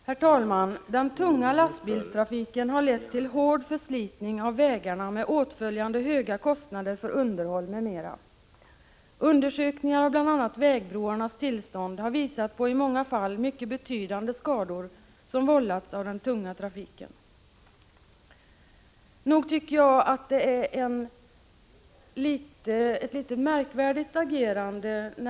Herr talman! Den tunga lastbilstrafiken har lett till hård förslitning av vägarna med åtföljande höga kostnader för underhåll m.m. Undersökningar av bl.a. vägbroarnas tillstånd har i många fall visat på mycket betydande skador, som vållats av den tunga trafiken. Nog tycker jag att det är ett litet märkligt agerande från centerns sida i kammaren just nu.